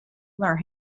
lure